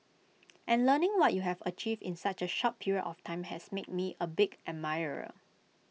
and learning what you have achieved in such A short period of time has made me A big admirer